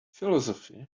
philosophy